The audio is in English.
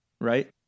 right